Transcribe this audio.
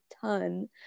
ton